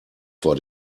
vor